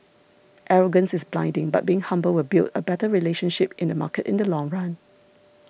arrogance is blinding but being humble will build a better relationship in the market in the long run